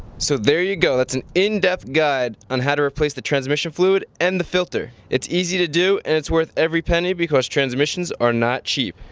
so there you go that's an in-depth guide on how to replace the transmission fluid and the filter. it's easy to do and it's worth every penny because transmissions are not cheap.